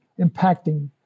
impacting